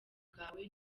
bwawe